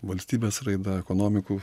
valstybės raida ekonomikų